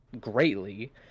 greatly